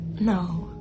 No